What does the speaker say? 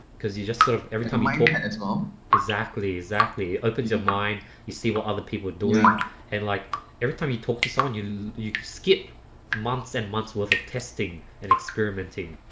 because you just sort of every time i open and it mom exactly exactly opens your mind you see what other people are doing yeah and like every time you talk to sonia you you can skip months and months worth of testing and experimenting.